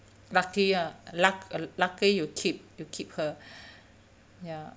lucky ah luck lucky you keep you keep her ya